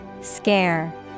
Scare